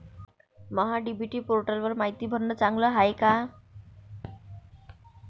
महा DBT पोर्टलवर मायती भरनं चांगलं हाये का?